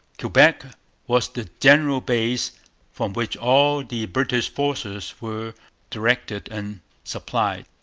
quebec was the general base from which all the british forces were directed and supplied.